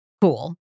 cool